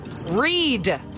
Read